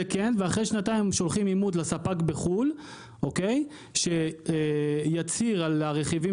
זה כן ואחרי שנתיים שולחים אימות לספק בחו"ל שיצהיר על הרכיבים